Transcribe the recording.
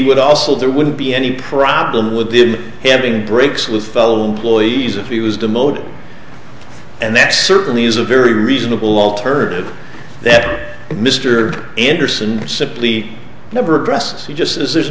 would also there wouldn't be any problem with the having breaks with fellow employees if he was demoted and that certainly is a very reasonable alternative that mr anderson simply never addressed just as there